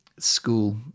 school